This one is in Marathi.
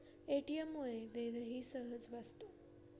ए.टी.एम मुळे वेळही सहज वाचतो